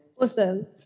Awesome